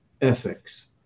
ethics